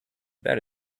that